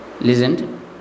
listened